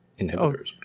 inhibitors